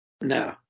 No